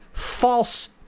false